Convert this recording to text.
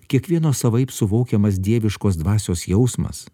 kiekvieno savaip suvokiamas dieviškos dvasios jausmas